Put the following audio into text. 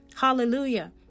Hallelujah